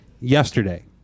yesterday